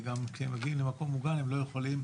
וגם כשהם מגיעים למקום מוגן הם לא יכולים